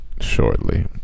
shortly